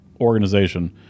organization